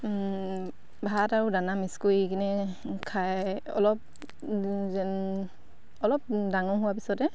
ভাত আৰু দানা মিক্স কৰি কিনে খাই অলপ যেন অলপ ডাঙৰ হোৱাৰ পিছতে